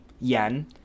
yen